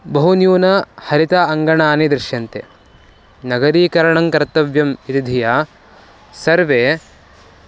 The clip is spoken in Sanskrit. बहुन्यूनं हरित अङ्गणानि दृश्यन्ते नगरीकरणं कर्तव्यम् इति धिया सर्वे